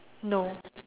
no